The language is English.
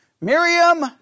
Miriam